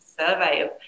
Survey